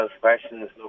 questions